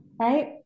Right